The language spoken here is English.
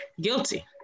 guilty